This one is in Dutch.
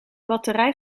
batterij